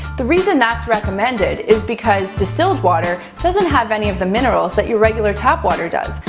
the reason that's recommended is because distilled water doesn't have any of the minerals that your regular tap water does,